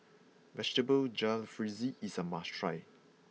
Vegetable Jalfrezi is a must try